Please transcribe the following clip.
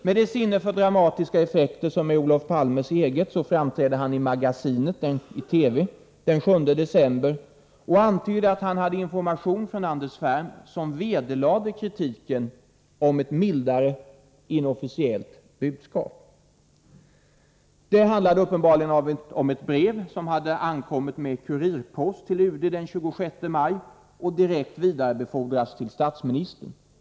Med det sinne för dramatiska effekter som är Olof Palmes eget framträdde han i Magasinet i TV den 7 december och antydde att han från Anders Ferm hade fått information som vederlade kritiken om ett mildare inofficiellt budskap. Det handlade uppenbarligen om ett brev som hade ankommit med kurirpost till UD den 26 maj, och detta hade direkt vidarebefordrats till statsministern.